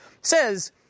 says